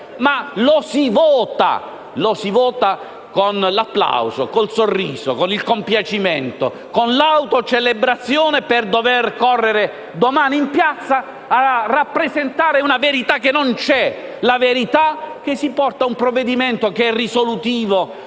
ma lo si vota con l'applauso, con il sorriso, con il compiacimento, con l'autocelebrazione, per dover correre domani in piazza a rappresentare una verità che non c'è, la verità che si porta un provvedimento che è risolutivo